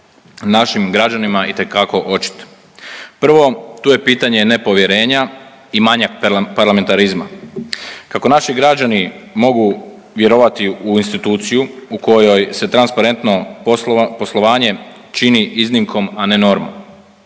našim građanima itekako očit, prvo tu je pitanje nepovjerenja i manjak parlamentarizma. Kako naši građani mogu vjerovati u instituciju u kojoj se transparentno poslovanje čini iznimkom, a ne normom?